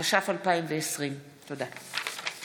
התש"ף 2020. תודה.